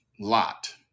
Lot